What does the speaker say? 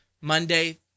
Monday